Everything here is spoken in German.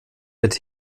mit